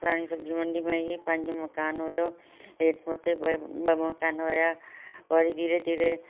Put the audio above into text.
पुराणी सब्जी मंडी में ई पंहिंजो मकानु हुओ हेठि मथे ॿ मकान हुआ वरी धीरे धीरे